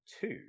two